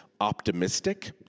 Optimistic